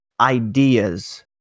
ideas